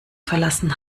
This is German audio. verlassen